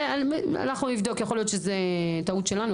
אנחנו נבדוק - יכול להיות שזו טעות שלנו,